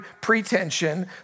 pretension